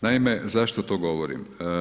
Naime, zašto to govorim?